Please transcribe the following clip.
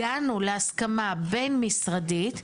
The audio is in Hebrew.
הגענו להסכמה בין משרדית,